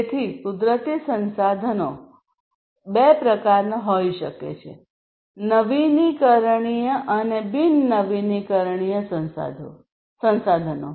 તેથી કુદરતી સંસાધનો બે પ્રકારનાં હોઈ શકે છે નવીનીકરણીય અને બિન નવીનીકરણીય સંસાધનો